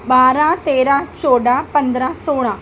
ॿारहं तेरहं चोॾहं पंद्रहं सोरहं